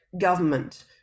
government